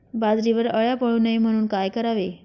बाजरीवर अळ्या पडू नये म्हणून काय करावे?